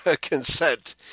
consent